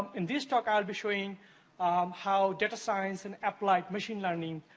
in this talk, i'll be showing how data science and applied machine learning